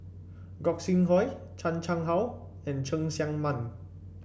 Gog Sing Hooi Chan Chang How and Cheng Tsang Man